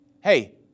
Hey